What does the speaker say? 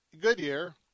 Goodyear